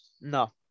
no